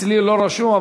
אצלי לא רשום,